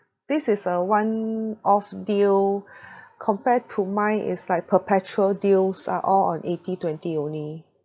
this is a one-off deal compare to mine is like perpetual deals are all on eighty twenty only